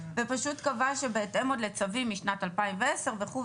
ופשוט קבעה שבהתאם לצווים משנת 2010 וכו',